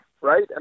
right